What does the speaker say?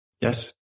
Yes